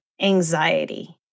anxiety